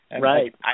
right